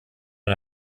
der